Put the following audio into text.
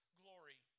glory